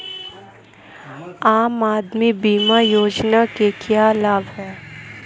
आम आदमी बीमा योजना के क्या लाभ हैं?